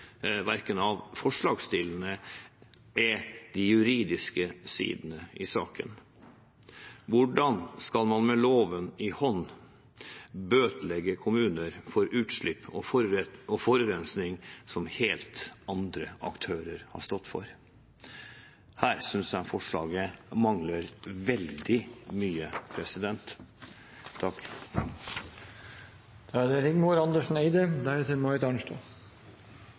av forslagsstillerne, er de juridiske sidene av saken. Hvordan skal man med loven i hånd bøtelegge kommuner for utslipp og forurensning som helt andre aktører har stått for? Her synes jeg forslaget mangler veldig mye. Det er ingen tvil om at luftforurensning er